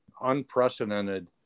unprecedented